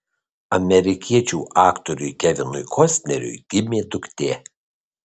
amerikiečių aktoriui kevinui kostneriui gimė duktė